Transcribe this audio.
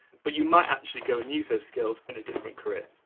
but you might actually go and use those skills in a different career.